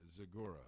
Zagora